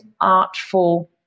artful